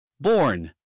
born